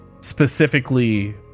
specifically